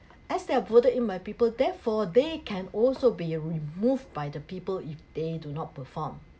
as they're voted in by people therefore they can also be removed by the people if they do not perform